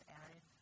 added